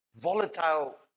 volatile